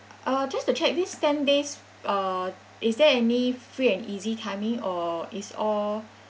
uh just to check this ten days uh is there any free and easy timing or it's all